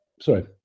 sorry